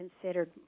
considered